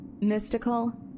Mystical